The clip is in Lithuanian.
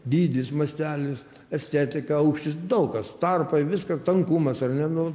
dydis mastelis estetika aukštis daug kas tarpai viskas tankumas ar ne nu